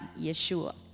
Yeshua